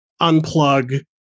unplug